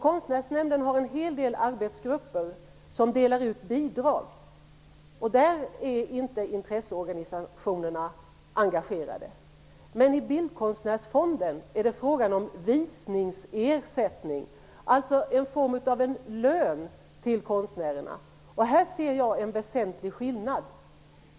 Konstnärsnämnden har en hel del arbetsgrupper som delar ut bidrag, och i detta arbete är intresseorganisationerna inte engagerade. I Bildkonstnärsfonden är det emellertid fråga om visningsersättning, alltså en form av lön till konstnärerna. Jag ser i detta en väsentlig skillnad.